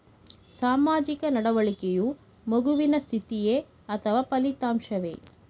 ಸಾಮಾಜಿಕ ನಡವಳಿಕೆಯು ಮಗುವಿನ ಸ್ಥಿತಿಯೇ ಅಥವಾ ಫಲಿತಾಂಶವೇ?